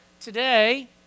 today